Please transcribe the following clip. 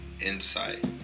insight